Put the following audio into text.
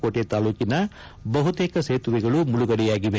ಕೋಟೆ ತಾಲೂಕಿನ ಬಹುತೇಕ ಸೇತುವೆಗಳು ಮುಳುಗಡೆಯಾಗಿವೆ